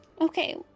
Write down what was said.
Okay